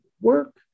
work